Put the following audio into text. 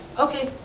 okay,